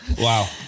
Wow